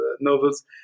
novels